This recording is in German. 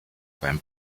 beim